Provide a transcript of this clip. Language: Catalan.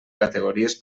categories